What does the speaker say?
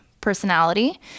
personality